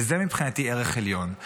וזה מבחינתי ערך עליון.